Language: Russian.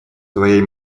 твоей